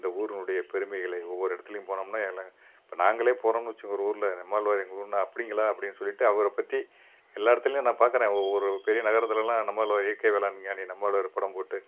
இந்த ஊரின்னுடைய பெருமைகளை ஒவ்வொரு இடத்துலயும் போனோம்னா எல்லா இப்போ நாங்களே போனோம்னு வச்சுக்கோங்க ஒரு ஊரில் நம்மால்வாரு எங்கள் ஊர்னா அப்படிங்களா அப்படினு சொல்லிட்டு அவரை பற்றி எல்லா இடத்துலையும் நான் பார்க்குறேன் ஒவ்வொரு பெரிய நகரத்துலலாம் நம்மால்வார் இயற்கை வேளாண் விஞ்ஞாணி நம்மாழ்வார் படம் போட்டு